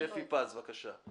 שפי פז, בבקשה.